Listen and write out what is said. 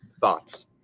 Thoughts